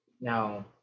Now